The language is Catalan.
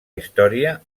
història